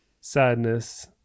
sadness